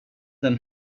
den